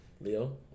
Leo